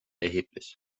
erheblich